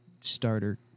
starter